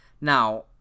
Now